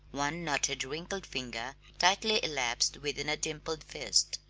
one knotted, wrinkled finger tightly elapsed within a dimpled fist.